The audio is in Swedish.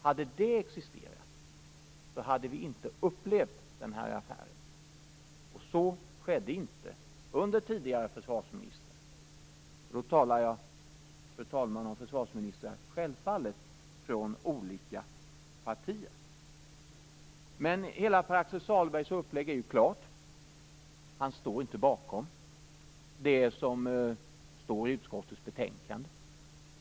Hade det existerat hade vi inte upplevt denna affär. Så skedde inte under tidigare försvarsministrar. Då talar jag självfallet, fru talman, om försvarsministrar från olika partier. Hela Pär-Axel Sahlbergs upplägg är klart. Han står inte bakom det som står i utskottets betänkande.